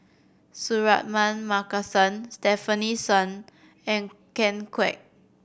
Suratman Markasan Stefanie Sun and Ken Kwek